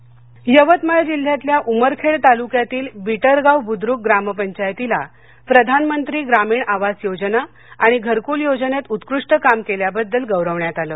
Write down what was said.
घरकल योजना यवतमाळ यवतमाळ जिल्ह्यातल्या उमरखेड तालुक्यातील बिटरगाव बुद्रुक ग्रामपंचायतीला प्रधानमंत्री ग्रामीण आवास योजना आणि घरकूल योजनेत उत्कृष्ट काम केल्याबद्दल गौरवण्यात आलं